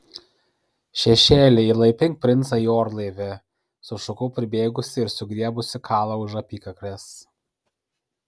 šešėli įlaipink princą į orlaivį sušukau pribėgusi ir sugriebusi kalą už apykaklės